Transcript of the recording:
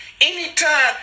Anytime